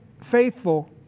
faithful